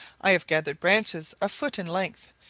i have gathered branches a foot in length,